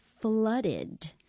flooded